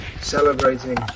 celebrating